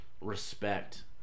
respect